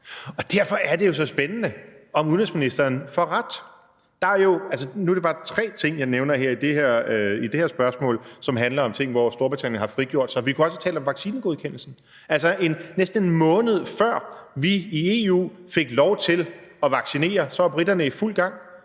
og derfor er det jo så spændende, om udenrigsministeren får ret. Nu er det bare tre ting, jeg nævner i det her spørgsmål, som handler om ting, hvor Storbritannien har frigjort sig. Vi kunne også have talt om vaccinegodkendelsen. Altså, næsten en måned før vi i EU fik lov til at vaccinere, var briterne i fuld gang.